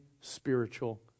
spiritual